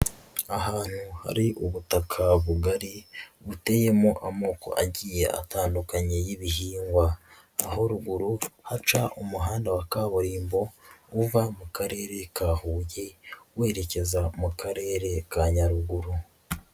Ahantu hari ubutaka bugari, buteyemo amoko agiye atandukanye y'ibihingwa, aho ruguru haca umuhanda wa kaburimbo, uva mu Karere ka Huye, werekeza mu Karere ka Nyaruguru.